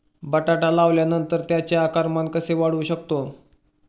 बटाटा लावल्यानंतर त्याचे आकारमान कसे वाढवू शकतो?